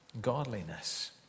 Godliness